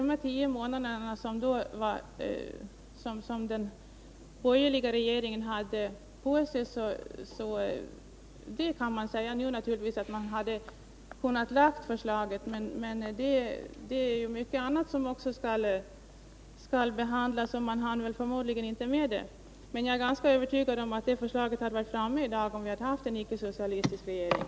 Det kan naturligtvis sägas att den borgerliga regeringen, under de tio månader den hade på sig, hade kunnat lägga fram ett förslag. Men det var mycket annat som skulle behandlas, och regeringen hann förmodligen inte med det. Jag är dock ganska övertygad om att det förslaget hade förelegat i dag om vi hade haft en icke-socialistisk regering.